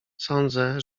sądzę